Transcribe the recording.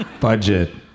Budget